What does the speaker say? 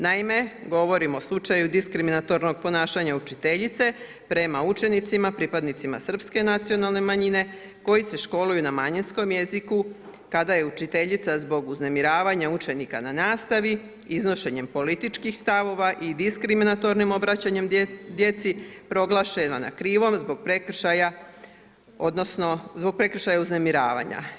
Naime, govorim o slučaju diskriminatornog ponašanja učiteljice prema učenicima, pripadnicima srpske nacionalne manjine koji se školuju na manjinskom jeziku kada je učiteljica zbog uznemiravanja učenika na nastavi, iznošenjem političkih stavova i diskriminatornim obraćanjem djeci proglašena krivom zbog prekršaja uznemiravanja.